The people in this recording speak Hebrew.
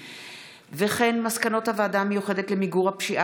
וכן מסקנות הוועדה המיוחדת למיגור הפשיעה